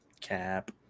Cap